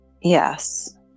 Yes